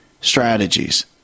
strategies